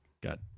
got